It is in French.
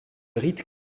rite